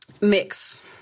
Mix